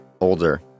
older